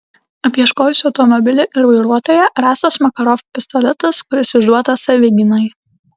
apieškojus automobilį ir vairuotoją rastas makarov pistoletas kuris išduotas savigynai